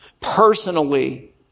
personally